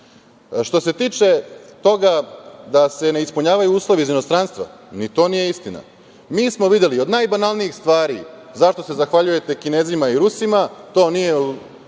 se tiče toga da se ne ispunjavaju uslovi iz inostranstva. Ni to nije istina. Mi smo videli od najbanalnijih stvari zašto se zahvaljujete Kinezima i Rusima, to nije u